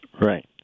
Right